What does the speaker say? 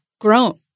grown